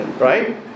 Right